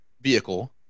vehicle